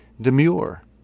demure